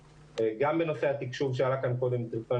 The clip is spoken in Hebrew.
גם בנושא התקשוב שעלה כאן קודם - ואם תרצו,